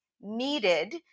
needed